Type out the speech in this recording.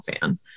fan